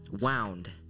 Wound